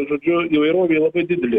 žodžiu įvairovė labai didelė